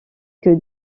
que